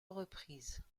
reprises